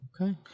Okay